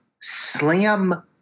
slam